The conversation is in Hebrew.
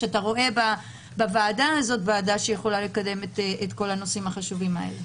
שאתה רואה בוועדה הזאת ועדה שיכולה לקדם את כל הנושאים החשובים האלה.